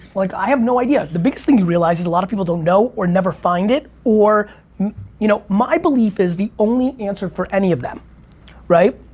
like i have now idea. the biggest thing you realize is a lot of people don't know or never find it or you know my belief is the only answer for any of them right,